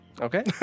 Okay